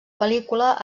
pel·lícula